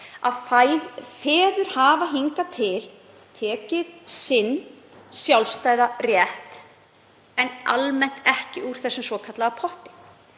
að feður hafa hingað til tekið sinn sjálfstæða rétt en almennt ekki úr þessum svokallaða potti.